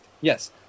yes